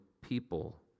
people